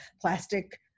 plastic